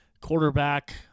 quarterback